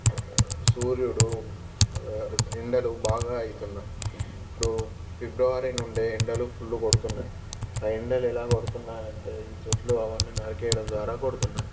సూర్యుడు ఎండలు బాగా అవుతున్నాయి ఇప్పుడు ఫిబ్రవరి నుండే ఎండలు ఫుల్లు కొడుతున్నాయి ఆ ఎండలు ఎలా కొడుతున్నాయి అంటే ఈ చెట్లు అవన్నీ నరికేయడం ద్వారా కొడుతున్నాయి